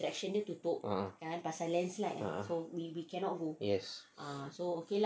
ah ah yes